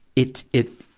it, it,